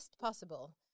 possible